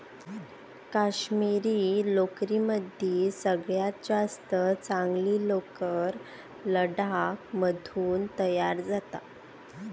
काश्मिरी लोकरीमदी सगळ्यात जास्त चांगली लोकर लडाख मधून तयार जाता